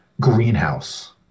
greenhouse